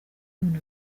none